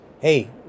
hey